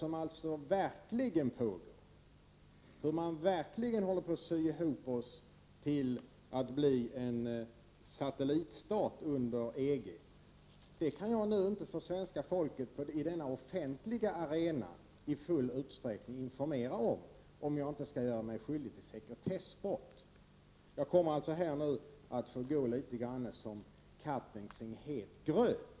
Vad som verkligen pågår, hur man verkligen håller på att ”sy ihop oss” till att bli en satellitstat under EG, det kan jag nu inte för svenska folket på denna offentliga arena och i full utsträckning informera om, om jag inte skall göra mig skyldig till sekretessbrott. Jag kommer därför nu att få gå litet som katten kring het gröt.